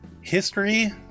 history